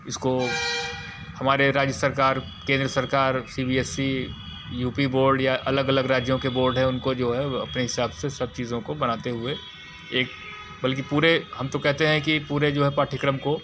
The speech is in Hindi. इसको हमारे राज्य सरकार केंद्र सरकार C B S C U P board या अलग अलग राज्यों के बोर्ड हैं उनको जो है वह अपने हिसाब से सब चीज़ों को बनाते हुए एक बल्कि पूरे हम तो कहते हैं कि पूरे जो हैं पाठ्यक्रम को